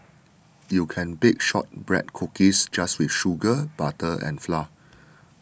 you can bake Shortbread Cookies just with sugar butter and flour